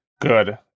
good